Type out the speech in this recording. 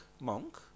monk